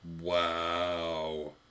Wow